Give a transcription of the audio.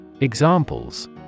Examples